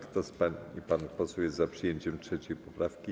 Kto z pań i panów posłów jest za przyjęciem 3. poprawki?